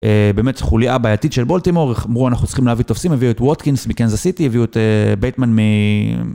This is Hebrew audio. באמת חוליה בעייתית של בולטימור, אמרו אנחנו צריכים להביא תופסים, הביאו את ווטקינס מקנזס סיטי, הביאו את בייטמן מ...